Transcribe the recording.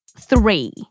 three